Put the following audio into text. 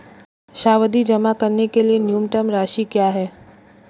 सावधि जमा के लिए न्यूनतम राशि क्या है?